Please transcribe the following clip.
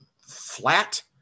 flat